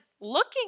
looking